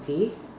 K